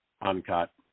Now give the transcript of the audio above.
uncut